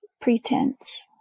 pretense